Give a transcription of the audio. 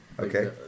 Okay